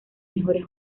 mejores